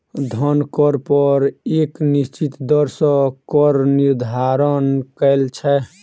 धन कर पर एक निश्चित दर सॅ कर निर्धारण कयल छै